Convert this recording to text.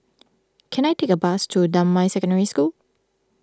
can I take a bus to Damai Secondary School